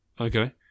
Okay